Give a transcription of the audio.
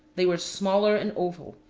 they were smaller and oval,